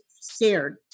scared